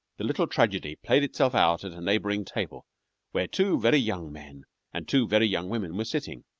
the little tragedy played itself out at a neighboring table where two very young men and two very young women were sitting.